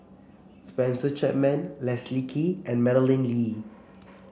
Spencer Chapman Leslie Kee and Madeleine Lee